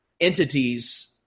entities